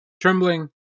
trembling